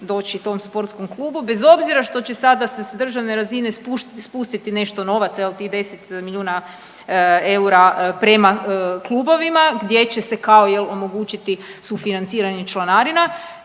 doći tom sportskom klubu bez obzira što će sada se s državne razine spustiti nešto novaca, je li, tih 10 milijuna eura prema klubovima gdje će se kao, je l', omogućiti sufinanciranje članarina